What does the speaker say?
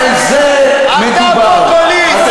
על זה החוק, אדון גפני.